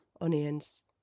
onions